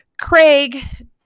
Craig